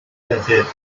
grefydd